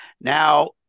Now